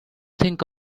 think